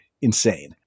insane